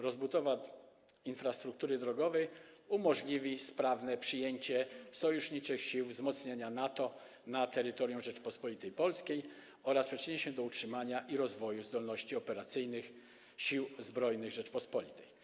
Rozbudowa infrastruktury drogowej umożliwi sprawne przyjęcie sojuszniczych sił wzmocnienia NATO na terytorium Rzeczypospolitej Polskiej oraz przyczyni się do utrzymania i rozwoju zdolności operacyjnych Sił Zbrojnych Rzeczypospolitej.